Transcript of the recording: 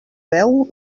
veu